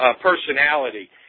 personality